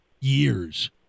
years